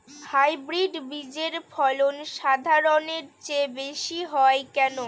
Hybrid বীজের ফলন সাধারণের চেয়ে বেশী হয় কেনো?